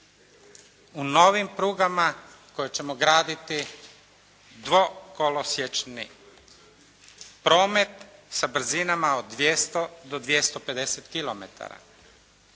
U novim prugama koje ćemo graditi dvokolosječni promet sa brzinama od 200 do 250 km.